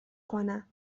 کنم